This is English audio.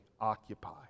occupy